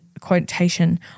quotation